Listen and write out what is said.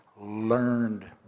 learned